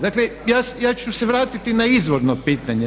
Dakle, ja ću se vratiti na izvorno pitanje.